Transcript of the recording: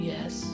Yes